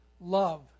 love